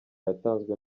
yatanzwe